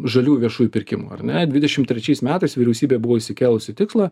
žalių viešųjų pirkimų ar ne dvidešim trečiais metais vyriausybė buvo išsikėlusi tikslą